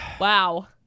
wow